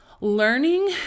learning